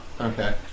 Okay